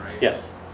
Yes